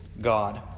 God